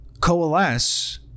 coalesce